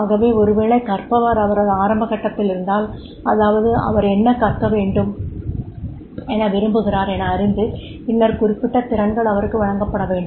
ஆகவே ஒரு வேளை கற்பவர் அவரது ஆரம்ப கட்டத்திலிருந்தால் அதாவது அவர் என்ன கற்றுக்கொள்ள விரும்புகிறார் என அறிந்து பின்னர் குறிப்பிட்ட திறன்கள் அவருக்கு வழங்கப்பட வேண்டும்